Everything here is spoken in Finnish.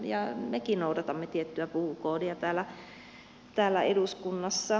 mekin noudatamme tiettyä pukukoodia täällä eduskunnassa